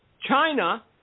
China